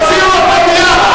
תוציאו אותו מייד.